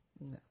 No